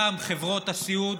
גם חברות הסיעוד